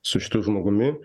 su šitu žmogumi